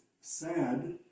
sad